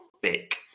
thick